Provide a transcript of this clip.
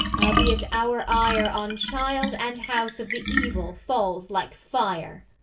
albeit our ire on child and house of the evil falls like fire.